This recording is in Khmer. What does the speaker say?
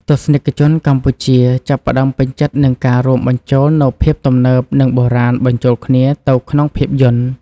ទស្សនិកជនកម្ពុជាចាប់ផ្ដើមពេញចិត្តនឹងការរួមបញ្ចូលនូវភាពទំនើប និង បុរាណបញ្ចូលគ្នាទៅក្នុងភាពយន្ត។